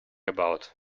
about